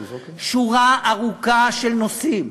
שורה ארוכה של נושאים,